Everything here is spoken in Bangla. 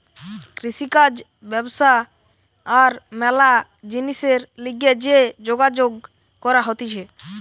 কৃষিকাজ ব্যবসা আর ম্যালা জিনিসের লিগে যে যোগাযোগ করা হতিছে